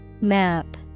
Map